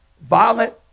violent